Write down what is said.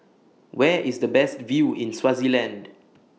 Where IS The Best View in Swaziland